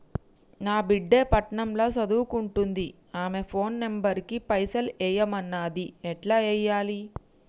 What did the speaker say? నా బిడ్డే పట్నం ల సదువుకుంటుంది ఆమె ఫోన్ నంబర్ కి పైసల్ ఎయ్యమన్నది ఎట్ల ఎయ్యాలి?